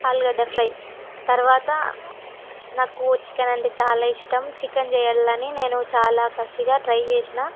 ఆలుగడ్డ ఫ్రై తరువాత నాకు చికెన్ అంటే చాలా ఇష్టం చికెన్ చేయాలని నేను చాలా కసిగా ట్రై చేసాను